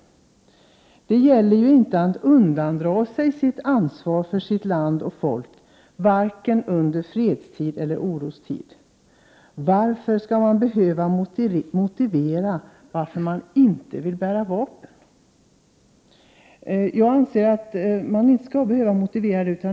Det gäller ju inte att undandra sig sitt ansvar för sitt land och sitt folk, vare sig under fredstid eller orostid. Varför skall man då behöva motivera varför man inte vill bära vapen? Jag anser att man inte skall behöva motivera det.